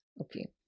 Okay